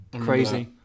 Crazy